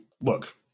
look